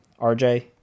RJ